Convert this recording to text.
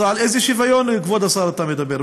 אז על איזה שוויון, כבוד השר, אתה מדבר?